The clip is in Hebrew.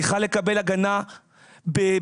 צריכה לקבל הגנה במשפחה.